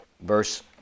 verse